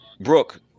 Brooke